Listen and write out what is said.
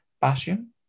passion